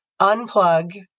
Unplug